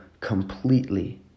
completely